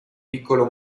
piccolo